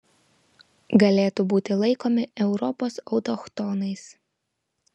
galėtų būti laikomi europos autochtonais